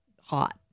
hot